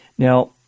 Now